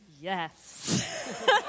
Yes